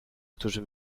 którzy